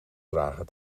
dragen